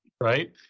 Right